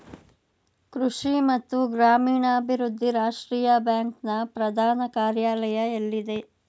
ಕೃಷಿ ಮತ್ತು ಗ್ರಾಮೀಣಾಭಿವೃದ್ಧಿ ರಾಷ್ಟ್ರೀಯ ಬ್ಯಾಂಕ್ ನ ಪ್ರಧಾನ ಕಾರ್ಯಾಲಯ ಎಲ್ಲಿದೆ?